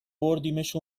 بردیمش